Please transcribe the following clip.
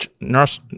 nurse